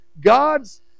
God's